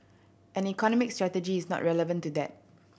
and economic strategy is not relevant to that